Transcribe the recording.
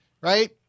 Right